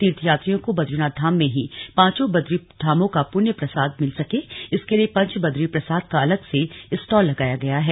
तीर्थयात्रियों को बद्रीनाथ धाम में ही पांचों बद्री धामों का पुण्य प्रसाद मिल सके इसके लिए पंचबद्री प्रसाद का अलग से स्टॉल लगाया गया है